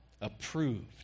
approved